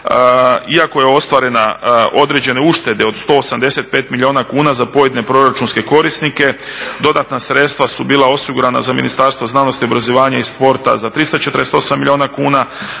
Iako je ostvarena određena ušteda od 185 milijuna kuna za pojedine proračunske korisnike, dodatna sredstva su bila osigurana za Ministarstvo znanosti, obrazovanja i sporta za 348 milijuna kuna,